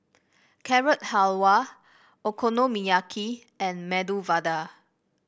Carrot Halwa Okonomiyaki and Medu Vada